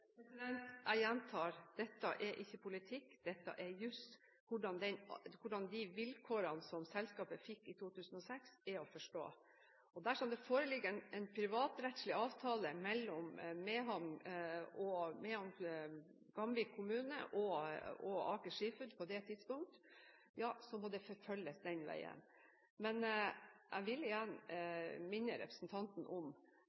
Jeg gjentar: Dette er ikke politikk, dette er juss – hvordan de vilkårene selskapet fikk i 2006, er å forstå. Og dersom det foreligger en privatrettslig avtale mellom Gamvik kommune og Aker Seafoods på det tidspunktet, må det forfølges den veien. Jeg vil igjen minne representanten om